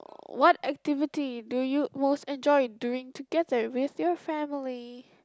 what activity do you most enjoy doing together with your family